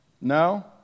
No